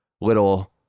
little